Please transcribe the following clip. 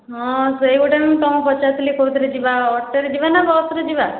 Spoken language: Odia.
ହଁ ସେହି ଗୋଟାକ ମୁଁ ତୁମକୁ ପଚାରୁଥିଲି କେଉଁଥିରେ ଯିବା ଅଟୋରେ ଯିବା ନା ବସରେ ଯିବା